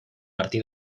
martí